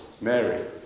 Mary